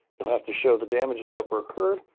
you'll have to show the damages that were occurred,